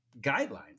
guidelines